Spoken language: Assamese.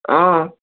অঁ